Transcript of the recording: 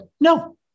no